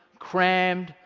crammed,